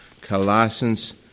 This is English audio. Colossians